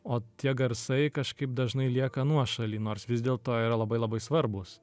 o tie garsai kažkaip dažnai lieka nuošaly nors vis dėlto jie yra labai labai svarbūs